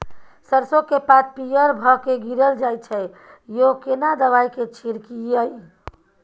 सरसो के पात पीयर भ के गीरल जाय छै यो केना दवाई के छिड़कीयई?